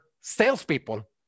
salespeople